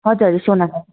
हजुर सोनादामा